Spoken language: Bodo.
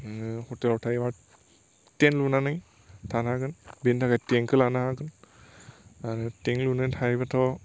नोङो हटेलाव थायाबा टेन लुनानै थानो हागोन बेनि थाखाय टेन खौ लानो हागोन आरो टेन लुनानै थायोबाथ'